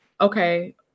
okay